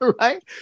Right